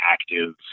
active